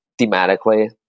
thematically